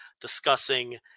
discussing